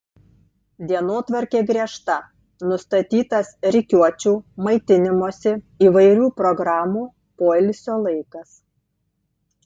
dienotvarkė griežta nustatytas rikiuočių maitinimosi įvairių programų poilsio laikas